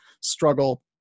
struggle